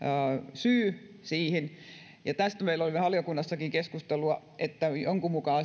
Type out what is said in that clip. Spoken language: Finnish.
syy siihen tästä meillä oli valiokunnassakin keskustelua jonkun mukaan